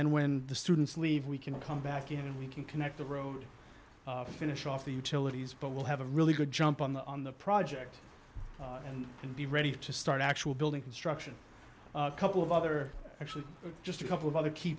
then when the students leave we can come back in and we can connect the road and finish off the utilities but we'll have a really good jump on the project and can be ready to start actual building construction couple of other actually just a couple of other key